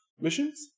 missions